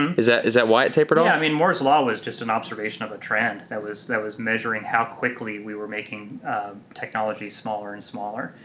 is that is that why it tapered off? yeah, i mean moore's law was just an observation of a trend that was that was measuring how quickly we were making technology smaller and smaller.